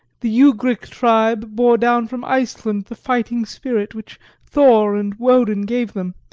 the ugric tribe bore down from iceland the fighting spirit which thor and wodin gave them,